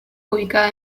ubicada